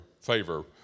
favor